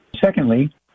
secondly